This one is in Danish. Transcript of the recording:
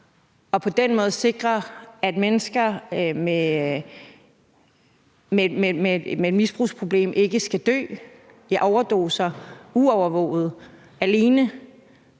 og på den måde sikre, at mennesker med misbrugsproblemer ikke skal dø af overdoser uovervåget og alene